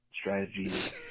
strategies